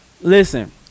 Listen